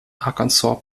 arkansas